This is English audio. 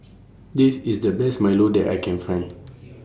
This IS The Best Milo that I Can Find